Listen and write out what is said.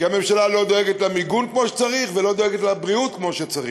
כי הממשלה לא דואגת למיגון כמו שצריך ולא דואגת לבריאות כמו שצריך.